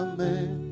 Amen